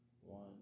one